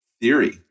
theory